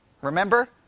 Remember